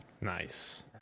Nice